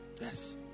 yes